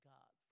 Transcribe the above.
God